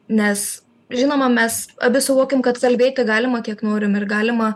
nes žinoma mes abi suvokiam kad kalbėti galima kiek norim ir galima